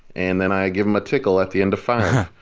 and then i give him a tickle at the end of five.